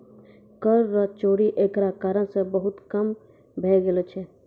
कर रो चोरी एकरा कारण से बहुत कम भै गेलो छै